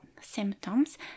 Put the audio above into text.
symptoms